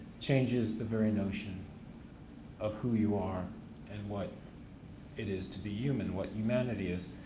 changes the very notion of who you are and what it is to be human, what humanity is.